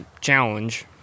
challenge